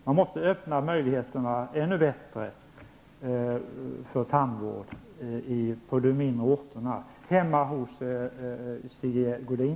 Man måste öppna möjligheterna ännu bättre för tandvård på de mindre orterna, t.ex. hemma hos Sigge Godin.